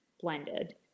blended